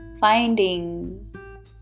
finding